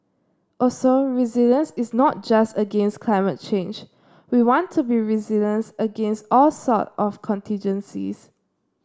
also resilience is not just against climate change we want to be against all sort of contingencies